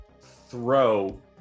throw